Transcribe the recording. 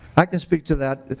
i can speak to that.